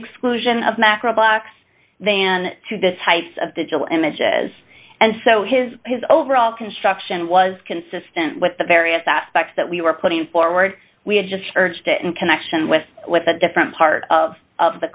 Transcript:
exclusion of macro blacks than to this type of digital images and so his his overall construction was consistent with the various aspects that we were putting forward we had just searched it in connection with with a different part of of the